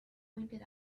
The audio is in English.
pointed